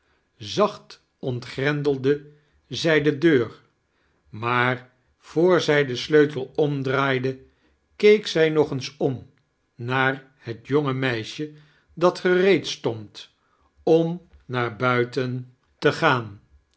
zacht ontgrendelde zij de deur maar voor zij den sleutel omdraaide keek zij nog eens om naar het jonge meisje dat gexeed stond om naar buiten te charles dickens gaan